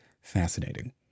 fascinating